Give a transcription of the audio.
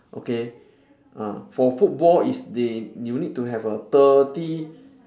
okay ah for football is they you need to have a thirty